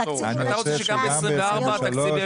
אתה רוצה שגם ב-2024 התקציב יהיה 800. גם